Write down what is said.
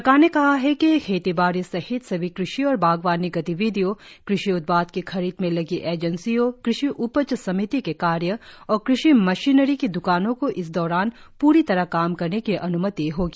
सरकार ने कहा है कि खेती बाड़ी सहित सभी कृषि और बागवानी गतिविधियों कृषि उत्पाद की खरीद में लगी एजेंसियों कृषि उपज समिति के कार्य और क़षि मशीनरी की द्कानों को इस दौरान पूरी तरह काम करने की अन्मति होगी